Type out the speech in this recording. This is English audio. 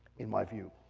in my view.